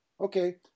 Okay